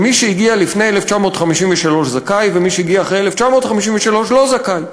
שמי שהגיע לפני 1953 זכאי ומי שהגיע אחרי 1953 לא זכאי.